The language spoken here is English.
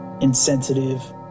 insensitive